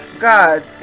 god